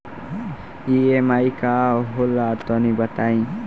EMI का होला तनि बताई?